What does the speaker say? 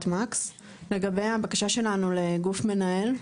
לגבי הבקשה שלנו לגוף מנהל,